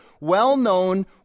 well-known